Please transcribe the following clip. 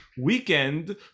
weekend